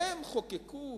הם חוקקו.